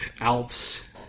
Alps